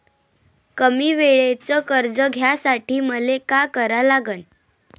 कमी वेळेचं कर्ज घ्यासाठी मले का करा लागन?